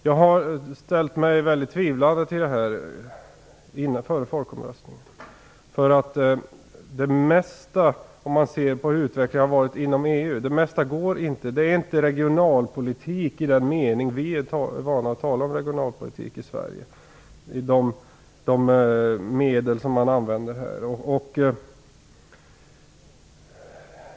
Jag ställde mig före folkomröstningen mycket tvivlande till detta. Om man ser på utvecklingen inom EU, finner man att det mesta av de använda medlen inte avser regionalpolitik i den mening som vi i Sverige är vana vid att ge detta begrepp.